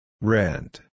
Rent